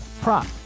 prop